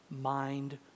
mind